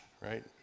right